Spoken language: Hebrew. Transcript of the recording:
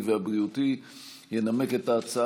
התש"ף 2020,